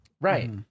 Right